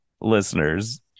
listeners